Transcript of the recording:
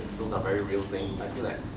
those are very real things, i